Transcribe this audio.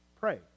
pray